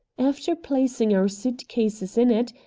after placing our suit-cases in it,